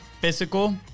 physical